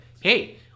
Hey